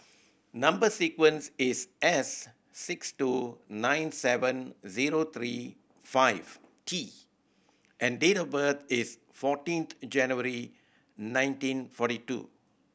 number sequence is S six two nine seven zero three five T and date of birth is fourteenth January nineteen forty two